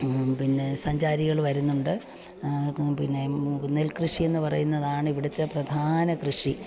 പിന്നെ സഞ്ചാരികൾ വരുന്നുണ്ട് പിന്നെ നെൽകൃഷി എന്നു പറയുന്നതാണ് ഇവിടുത്തെ പ്രധാന കൃഷി